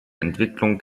entwicklung